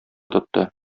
тотты